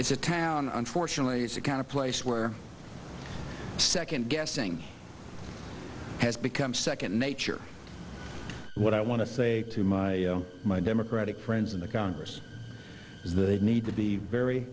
it's a town unfortunately it's the kind of place where second guessing has become second nature what i want to say to my my democratic friends in the congress is they need to be very